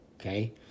Okay